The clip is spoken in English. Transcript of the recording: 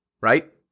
right